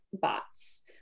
bots